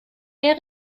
mehr